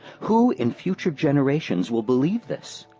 who in future generations will believe this?